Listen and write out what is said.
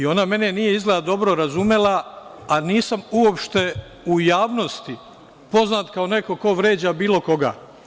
Ona mene nije izgleda dobro razumela, a nisam uopšte u javnosti poznat kao neko ko vređa bilo koga.